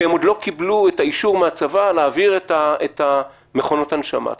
שהם עוד לא קיבלו את האישור מן הצבא להעביר את מכונות ההנשמה.